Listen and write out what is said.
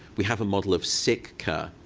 we have a model of sick care,